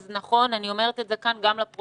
אז נכון, אני אומרת את זה כאן, גם לפרוטוקול.